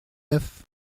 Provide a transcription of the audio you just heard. neuf